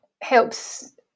helps